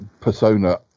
persona